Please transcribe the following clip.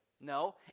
No